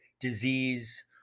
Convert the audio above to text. disease